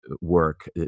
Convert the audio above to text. work